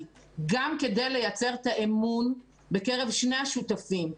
גם כדי לייצר את האמון בקרב שני השותפים,